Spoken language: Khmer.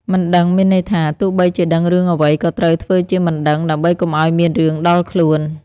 «មិនដឹង» មានន័យថា ទោះបីជាដឹងរឿងអ្វី ក៏ត្រូវធ្វើជាមិនដឹង ដើម្បីកុំឱ្យមានរឿងដល់ខ្លួន។